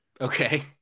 okay